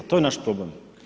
TO je naš problem.